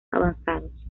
avanzados